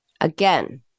Again